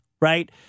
Right